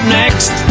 next